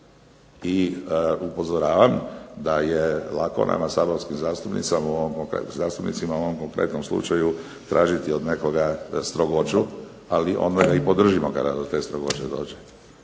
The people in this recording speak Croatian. I upozoravam da je lako nama saborskim zastupnici, u ovom konkretnom slučaju tražiti od nekoga strogoću ali onda i podržimo ga da do te strogoće dođe.